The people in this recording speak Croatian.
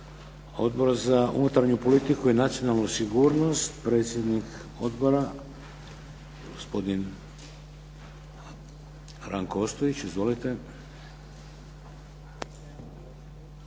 Odbor za unutarnju politiku i nacionalnu sigurnost, predsjednik odbora gospodin Ranko Ostojić. Izvolite.